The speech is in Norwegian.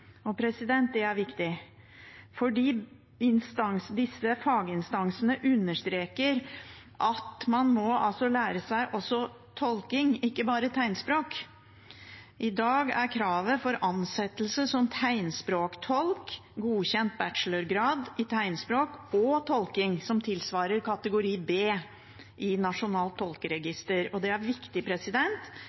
Det er viktig, for disse faginstansene understreker at man også må lære seg tolking, ikke bare tegnspråk. I dag er kravet for ansettelse som tegnspråktolk godkjent bachelorgrad i tegnspråk og tolking, som tilsvarer kategori B i nasjonalt tolkeregister. Det er viktig,